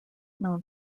known